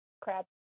Crab